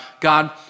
God